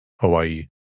Hawaii